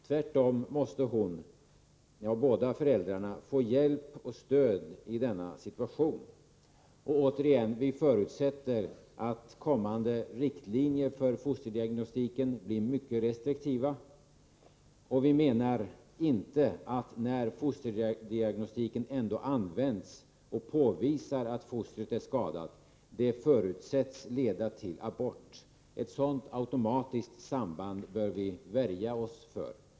Tvärtom måste hon, ja, båda föräldrarna, få hjälp och stöd i denna situation. Jag vill återigen betona att vi förutsätter att kommande riktlinjer för fosterdiagnostiken blir mycket restriktiva. Vi menar inte att när fosterdiagnostiken ändå används och påvisar att fostret är skadat detta skall förutsättas leda till abort. Ett sådant automatiskt samband bör vi värja oss för.